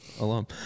alum